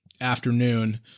afternoon